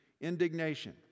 indignation